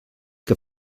que